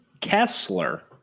Kessler